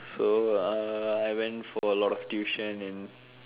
so uh I went for a lot of tuition and